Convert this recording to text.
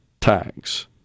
tax